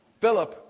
Philip